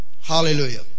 Hallelujah